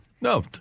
no